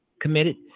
committed